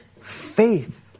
Faith